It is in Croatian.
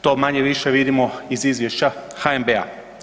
To manje-više vidimo iz izvješća HNB-a.